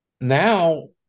now